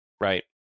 Right